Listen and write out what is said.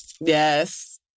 Yes